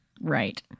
Right